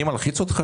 אני מלחיץ אותך?